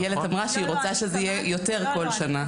איילת אמרה שהיא רוצה שזה יהיה יותר כל שנה.